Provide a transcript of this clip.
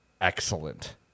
excellent